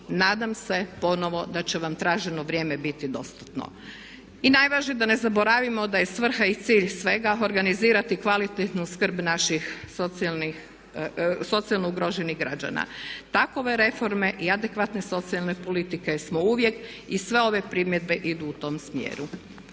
nadam se da ponovno da će vam traženo vrijeme biti dostupno. I najvažnije, da ne zaboravimo da je svrha i cilj svega organizirati kvalitetnu skrb naših socijalno ugroženih građana. Takove reforme i adekvatne socijalne politike smo uvijek i sve ove primjedbe idu u tom smjeru.